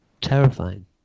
terrifying